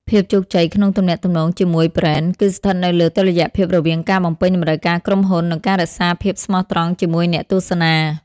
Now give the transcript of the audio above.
ភាពជោគជ័យក្នុងទំនាក់ទំនងជាមួយប្រេន គឺស្ថិតនៅលើតុល្យភាពរវាងការបំពេញតម្រូវការក្រុមហ៊ុន និងការរក្សាភាពស្មោះត្រង់ជាមួយអ្នកទស្សនា។